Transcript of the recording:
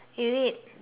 elite